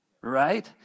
right